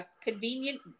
convenient